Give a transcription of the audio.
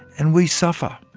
and we suffer.